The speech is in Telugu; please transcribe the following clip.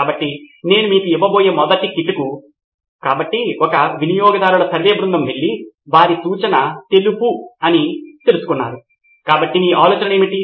కాబట్టి నేను మీకు ఇవ్వబోయే మొదటి కిటుకు కాబట్టి ఒక వినియోగదారుల సర్వే బృందం వెళ్లి వారి సూచన తెలుపు అని తెలుసుకున్నారు కాబట్టి మీ ఆలోచనలు ఏమిటి